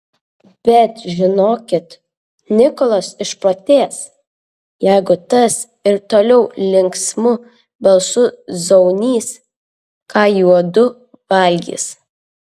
bet žinokit nikolas išprotės jeigu tas ir toliau linksmu balsu zaunys ką juodu valgys